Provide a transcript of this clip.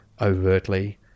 Overtly